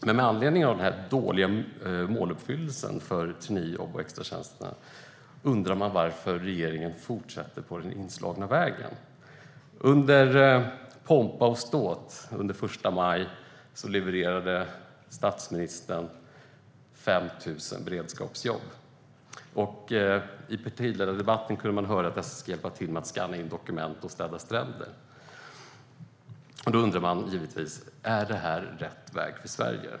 Men med anledning av den dåliga måluppfyllelsen för traineejobb och extratjänster undrar man varför regeringen fortsätter på den inslagna vägen. Med pompa och ståt på första maj levererade statsministern 5 000 beredskapsjobb. I partiledardebatten kunde man höra att de som får dessa ska hjälpa till med att skanna dokument och städa stränder. Då undrar man givetvis: Är det här rätt väg för Sverige?